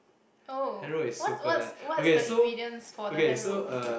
oh what what's what's the ingredients for the hand roll